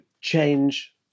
change